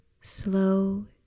slow